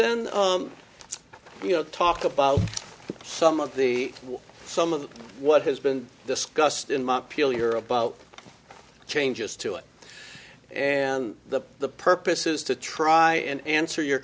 then you know talk about some of the some of what has been discussed in montpelier about changes to it and the the purpose is to try and answer your